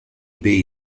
bay